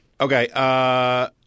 Okay